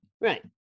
Right